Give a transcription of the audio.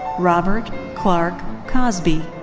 robert clark cosby.